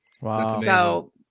Wow